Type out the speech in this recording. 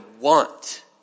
want